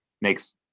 makes